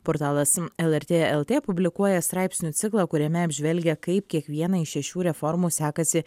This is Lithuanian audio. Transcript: portalas lrt lt publikuoja straipsnių ciklą kuriame apžvelgia kaip kiekvieną iš šešių reformų sekasi